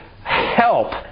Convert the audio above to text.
help